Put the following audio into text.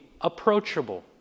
approachable